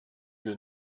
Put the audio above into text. wir